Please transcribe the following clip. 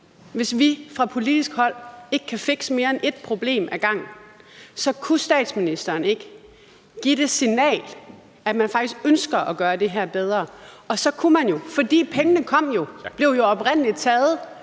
hvis vi fra politisk hold ikke kan fikse mere end ét problem ad gangen, så kunne statsministeren ikke give det signal, at man faktisk ønsker at gøre det her bedre? Pengene blev jo oprindelig